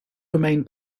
remain